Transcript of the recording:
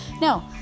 no